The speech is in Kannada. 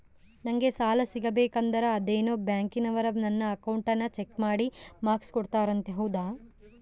ನಂಗೆ ಸಾಲ ಸಿಗಬೇಕಂದರ ಅದೇನೋ ಬ್ಯಾಂಕನವರು ನನ್ನ ಅಕೌಂಟನ್ನ ಚೆಕ್ ಮಾಡಿ ಮಾರ್ಕ್ಸ್ ಕೋಡ್ತಾರಂತೆ ಹೌದಾ?